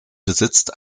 besitzt